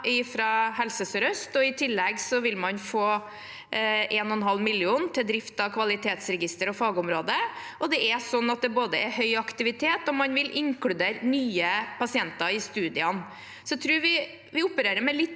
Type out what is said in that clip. fra Helse Sør-Øst, og i tillegg vil man få 1,5 mill. kr til drift av kvalitetsregister på fagområdet. Det er høy aktivitet, og man vil inkludere nye pasienter i studiene. Jeg tror vi opererer med litt